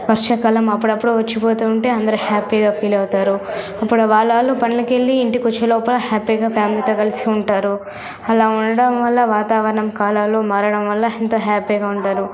వర్షాకాలం అపుడప్పుడు వచ్చి పోతూ ఉంటే అందరూ హ్యాపీగా ఫీల్ అవుతారు అప్పుడు వాళ్ళ వాళ్లు పనులకు వెళ్లి ఇంటికి వచ్చేలోపు హ్యాపీగా ఫ్యామిలీతో కలిసి ఉంటారు అలా ఉండడం వల్ల వాతావరణం కాలాలు మారడం వల్ల ఎంతో హ్యాపీగా ఉంటారు